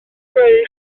greu